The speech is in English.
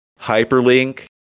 Hyperlink